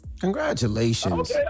Congratulations